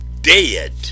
dead